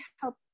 help